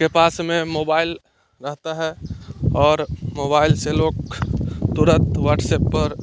के पास में मोबइल रहता है और मोबाइल से लोग तुरंत व्हाट्सएप पर